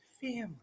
Family